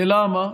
ולמה?